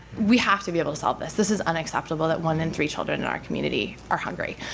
we have to be able to solve this. this is unacceptable that one in three children in our community are hungry.